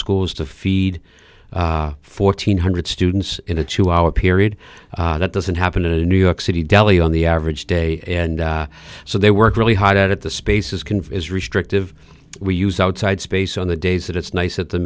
schools to feed fourteen hundred students in a two hour period that doesn't happen in a new york city deli on the average day and so they work really hard at the spaces conveys restrictive we use outside space on the days that it's nice at the